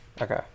Okay